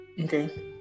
Okay